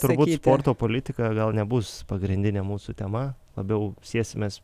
turbūt sporto politika gal nebus pagrindinė mūsų tema labiau sėsimės